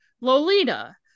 lolita